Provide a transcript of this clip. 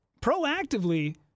proactively